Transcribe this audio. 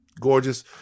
Gorgeous